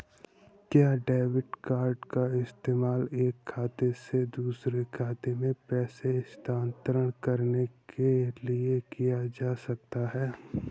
क्या debit card का इस्तेमाल एक खाते से दूसरे खाते में पैसे स्थानांतरण करने के लिए किया जा सकता है?